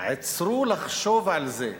"עצרו לחשוב על זה,